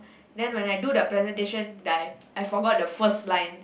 then when I do the presentation die I forgot the first line